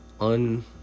un-